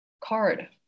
card